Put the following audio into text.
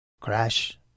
Crash